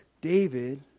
David